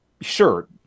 sure